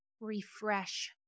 refresh